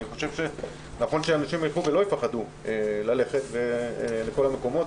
אני חושב שנכון שאנשים ילכו ולא יפחדו ללכת לכל המקומות,